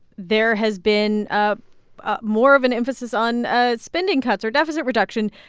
there has been ah ah more of an emphasis on ah spending cuts or deficit reduction.